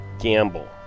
gamble